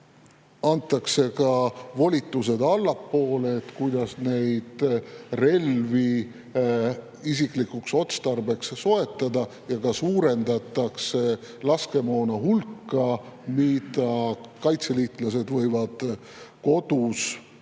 Antakse ka allapoole volitused, kuidas relvi isiklikuks otstarbeks soetada, ja suurendatakse laskemoona hulka, mida kaitseliitlased võivad kodus hoida.